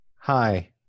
Hi